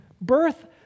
birth